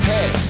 Hey